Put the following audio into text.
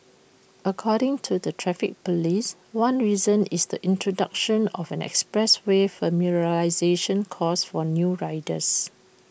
according to the traffic Police one reason is the introduction of an expressway familiarisation course for new riders